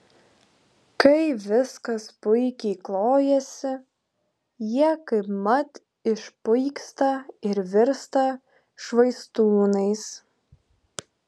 kai viskas puikiai klojasi jie kaipmat išpuiksta ir virsta švaistūnais